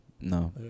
No